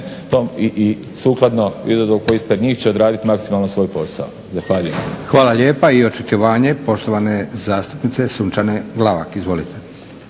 i sukladno izazovu koji je ispred njih će odradit maksimalno svoj posao. Zahvaljujem. **Leko, Josip (SDP)** Hvala lijepa. I očitovanje poštovane zastupnice Sunčane Glavak. Izvolite.